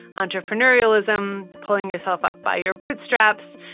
entrepreneurialism pulling yourself up by your bootstraps,